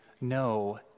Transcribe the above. no